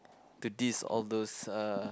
to this all those uh